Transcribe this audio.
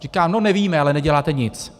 Říká: no nevíme, ale neděláte nic.